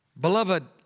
Beloved